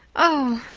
oh,